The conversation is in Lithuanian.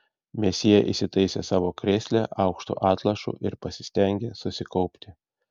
mesjė įsitaisė savo krėsle aukštu atlošu ir pasistengė susikaupti